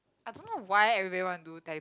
I don't know why everybody want to do teleportation